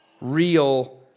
real